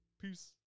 Peace